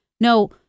No